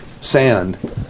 sand